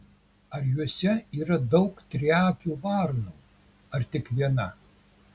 ar juose yra daug triakių varnų ar tik viena